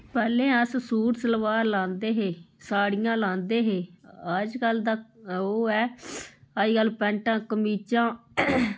पैह्ले अस सूट सलबार लांदे हे साड़ियां लांदे हे अज्जकल दा ओह् ऐ अज्जकल पैंटा कमीज़ां